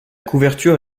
couverture